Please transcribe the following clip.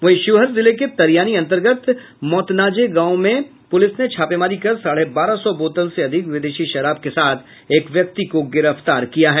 वहीं शिवहर जिले के तरियानी अंतर्गत मौतनाजे गांव में पुलिस ने छापेमारी कर साढ़े बारह सौ बोतल से अधिक विदेशी शराब के साथ एक व्यक्ति को गिरफ्तार किया है